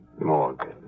Morgan